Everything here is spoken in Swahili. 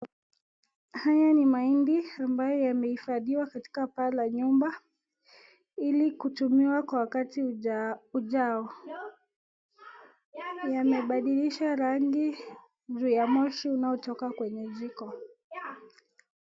Haya ni mahindi ambayo yamehifadhiwa katika paa la nyumba ili kutumiwa kwa wakati hujao. Yamebadilisha rangi ju ya moshi unaotoka kwenye jiko.